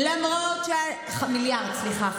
מיליארד, סליחה.